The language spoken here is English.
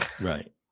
right